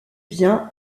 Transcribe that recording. bien